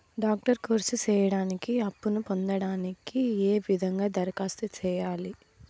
Doctor course సేయడానికి అప్పును పొందడానికి ఏ విధంగా దరఖాస్తు సేయాలి?